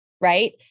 right